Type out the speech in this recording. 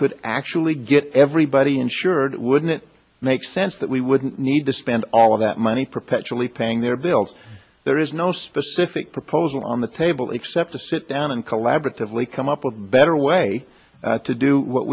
could actually get everybody insured wouldn't it make sense that we wouldn't need to spend all of that money perpetually paying their bills there is no specific proposal on the table except to sit down and collaboratively come up with a better way to do what